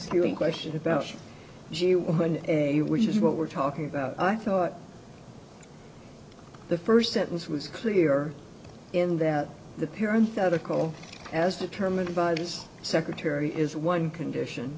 still in question about when a which is what we're talking about i thought the first sentence was clear in that the parents of the coal as determined by the secretary is one condition